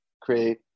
create